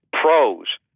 Pros